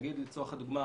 לצורך הדוגמה,